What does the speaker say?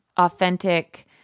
authentic